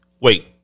Wait